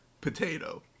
potato